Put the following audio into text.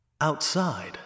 Outside